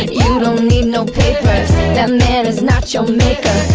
yeah don't need no papers that man is not your